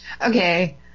Okay